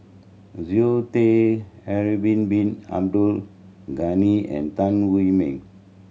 Zoe Tay Harun Bin Abdul Ghani and Tan Wu Meng